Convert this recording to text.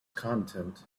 content